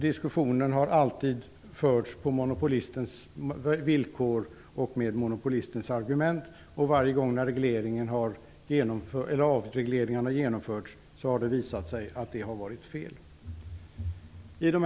Diskussionen har alltid förts på monopolistens villkor och med hans argument, och varje gång när en avreglering har genomförts har det visat sig att dessa argument var felaktiga.